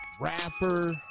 rapper